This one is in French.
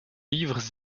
livres